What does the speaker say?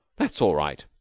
that's all right.